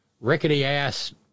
rickety-ass